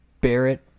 Barrett